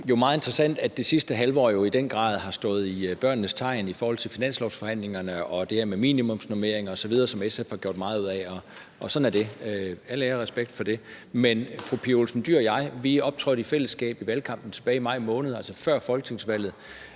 Det er jo meget interessant, at det sidste halve år i den grad har stået i børnenes tegn i forhold til finanslovsforhandlingerne og det her med minimumsnormeringer osv., som SF har gjort meget ud af, og sådan er det, og al ære og respekt for det. Men fru Pia Olsen Dyhr og jeg optrådte i fællesskab i valgkampen tilbage i maj måned, altså før folketingsvalget,